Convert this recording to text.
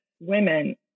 women